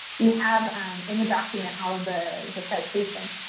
we have in the document all of ah the citations.